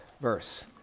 verse